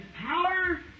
power